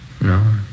No